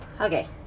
Okay